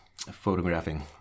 photographing